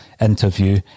interview